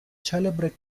celebre